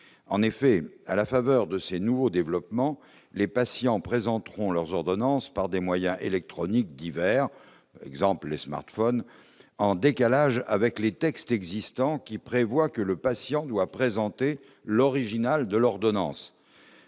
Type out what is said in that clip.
en effet, à la faveur de ces nouveaux développements, les patients présenteront leurs ordonnances par des moyens électroniques divers exemples les smartphones en décalage avec les textes existants, qui prévoit que le patient doit présenter l'original de l'ordonnance